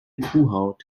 kuhhaut